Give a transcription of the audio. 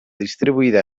distribuida